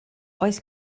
oes